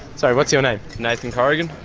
sorry, what's your name? nathan corrigan.